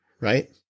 right